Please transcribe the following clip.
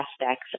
aspects